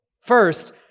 First